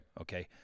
Okay